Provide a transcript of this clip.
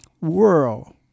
world